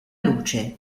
luce